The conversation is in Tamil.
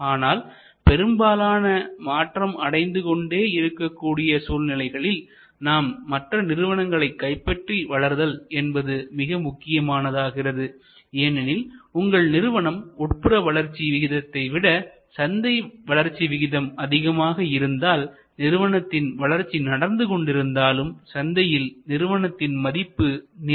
ஆனால் பெரும்பாலான மாற்றம் அடைந்து கொண்டே இருக்கக்கூடிய சூழ்நிலைகளில் நாம் மற்ற நிறுவனங்களை கைப்பற்றி வளர்தல் என்பதும் மிக முக்கியமானதாகிறது ஏனெனில் உங்கள் நிறுவனத்தின் உட்புற வளர்ச்சி விகிதத்தை விட சந்தை வளர்ச்சி விகிதம் அதிகமாக இருந்தால்நிறுவனத்தின் வளர்ச்சி நடந்து கொண்டிருந்தாலும் சந்தையில் நிறுவனத்தின் மதிப்பு நிலை